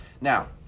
Now